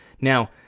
now